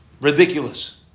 ridiculous